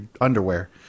underwear